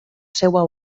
seva